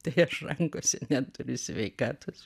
tai aš rankose neturiu sveikatos